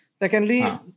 Secondly